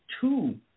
two